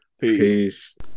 Peace